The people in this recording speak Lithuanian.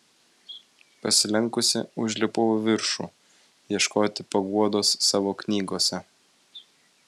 pasilenkusi užlipau į viršų ieškoti paguodos savo knygose